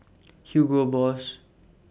Hugo Boss